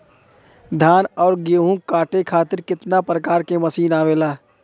धान और गेहूँ कांटे खातीर कितना प्रकार के मशीन आवेला?